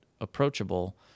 approachable